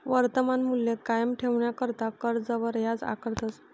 वर्तमान मूल्य कायम ठेवाणाकरता कर्जवर याज आकारतस